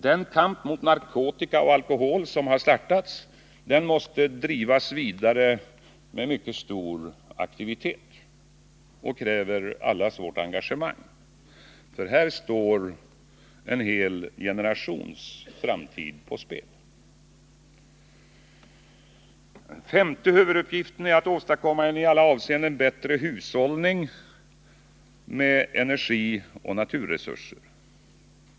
Den kamp mot narkotika och alkohol som startats måste drivas vidare med mycket stor aktivitet, och den kräver allas vårt engagemang, för här står en hel generations framtid på spel. Den femte huvuduppgiften är att åstadkomma en i alla avseenden bättre hushållning med energi och naturresurser.